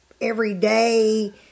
everyday